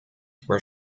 were